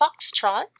foxtrot